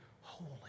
holy